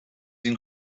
این